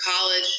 college